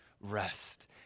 rest